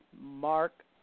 Mark